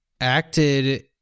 acted